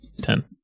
Ten